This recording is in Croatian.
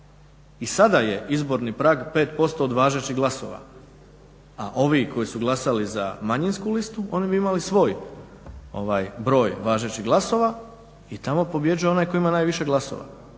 i sada je izborni prag 5% od važećih glasova. A ovi koji su glasali za manjinsku listu oni bi imali svoj broj važećih glasova i tamo pobjeđuje ona koji ima najviše glasova.